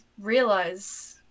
realize